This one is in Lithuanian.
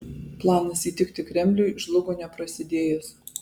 planas įtikti kremliui žlugo neprasidėjęs